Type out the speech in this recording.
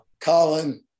colin